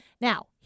Now